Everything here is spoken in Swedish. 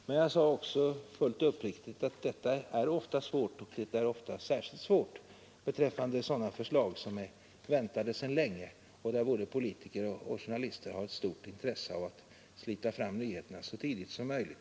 Men jag sade också fullt uppriktigt att detta ofta är svårt. Det är särskilt svårt beträffande sådana förslag som är väntade sedan länge och där både politiker och journalister har ett stort intresse av att slita fram nyheterna så tidigt som möjligt.